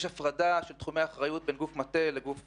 יש הפרדה של תחומי אחריות בין גוף מטה לגוף